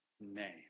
name